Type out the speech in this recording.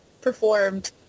performed